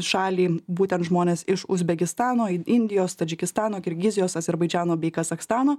šalį būtent žmonės iš uzbekistano indijos tadžikistano kirgizijos azerbaidžano bei kazachstano